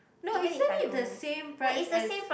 no isn't it the same price as